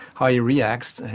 how he reacts.